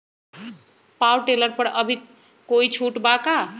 Power tiller पर अभी कोई छुट बा का?